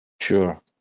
Sure